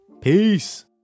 Peace